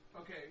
Okay